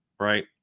Right